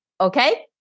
okay